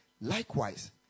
Likewise